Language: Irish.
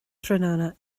tráthnóna